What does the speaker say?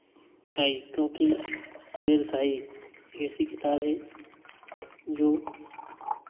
आई क्योंकि सेर शायरी एक ऐसी किताब है जो